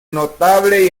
notable